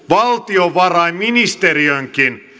valtiovarainministeriön